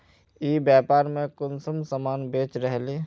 ई व्यापार में कुंसम सामान बेच रहली?